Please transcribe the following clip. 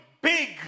big